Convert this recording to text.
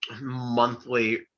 monthly